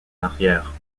arrière